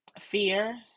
fear